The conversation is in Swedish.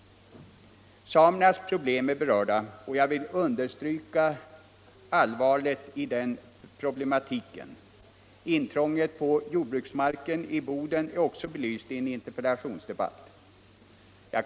Samernas problem är berörda, och jag vill understryka allvaret i den problematiken. Också intrånget på jordbruksmarken vid Boden är belyst i en interpellationsdebatt.